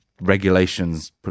regulations